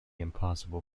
impossible